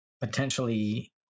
potentially